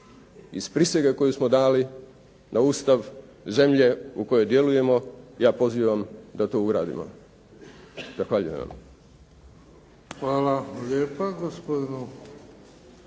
iz prisege koju smo dali na Ustav zemlje u kojoj djelujemo, ja pozivam da to uradimo. Zahvaljujem vam. **Bebić, Luka